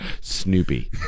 Snoopy